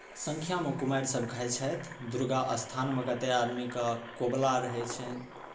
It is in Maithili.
संख्यामे कुमारिसभ खाइत छथि दुर्गा स्थानमे कतेक आदमीके कबुला रहै छनि